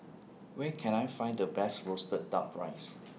Where Can I Find The Best Roasted Duck Rice